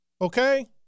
Okay